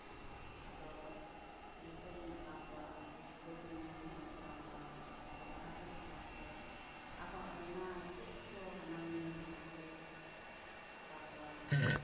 ᱟᱫᱚ ᱡᱚᱛᱚ ᱜᱤᱧ ᱟᱸᱠᱟᱣ ᱠᱚᱣᱟ ᱱᱩᱠᱩ ᱥᱤᱫᱩ ᱠᱟ ᱱᱦᱩ ᱠᱚᱦᱚᱧ ᱟᱸᱠᱟᱣ ᱠᱚᱣᱟ ᱛᱟᱯᱚᱨᱮ ᱵᱟᱦᱟ ᱠᱚ ᱟᱸᱠᱟᱣ ᱠᱚᱣᱟ ᱟᱨᱦᱚᱸ ᱟᱭᱢᱟ ᱪᱮᱫ ᱠᱚᱪᱚᱝ ᱦᱟᱱᱟ ᱱᱤᱭᱟᱹ ᱵᱟᱦᱟ ᱠᱚ ᱟᱸᱠᱟᱣ ᱠᱚᱣᱟ